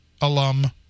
alum